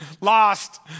Lost